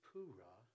Pura